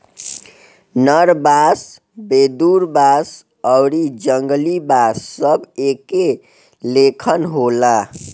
नर बांस, वेदुर बांस आउरी जंगली बांस सब एके लेखन होला